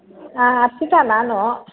ಹಾಂ ಹರ್ಷಿತಾ ನಾನು